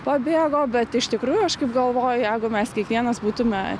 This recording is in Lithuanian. pabėgo bet iš tikrųjų aš kaip galvoju jeigu mes kiekvienas būtume